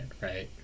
right